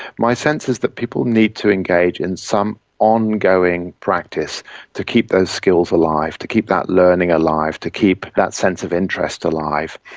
my sense is that people need to engage in some ongoing practice to keep those skills alive, to keep that learning alive, to keep that sense of interest alive.